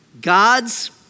God's